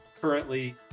currently